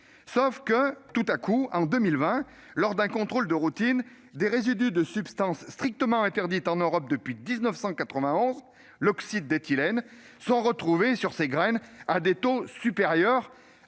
Mais, tout à coup, en 2020, lors d'un contrôle de routine, des résidus d'une substance strictement interdite en Europe depuis 1991- l'oxyde d'éthylène -furent retrouvés sur ces graines, à des taux mille